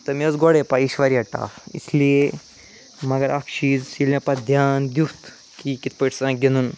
تہٕ مےٚ ٲسۍ گۄڈٕے پےَ یہِ چھِ واریاہ ٹَف اِس لیے مگر اَکھ چیٖز ییٚلہِ مےٚ پتہٕ دھیان دیُت کہِ یہِ کِتھٕ پٲٹھۍ چھِ آسان گِنٛدُن